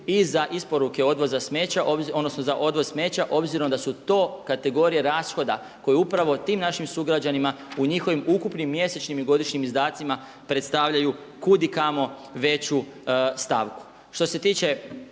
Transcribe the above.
i za isporuke odvoza smeća odnosno za odvoz smeća obzirom da su to kategorije rashoda koje upravo tim našim sugrađanima u njihovim ukupnim mjesečnim i godišnjim izdacima predstavljaju kud i kamo veću stavku.